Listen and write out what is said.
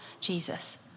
Jesus